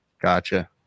Gotcha